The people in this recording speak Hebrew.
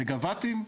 מגה וואטים,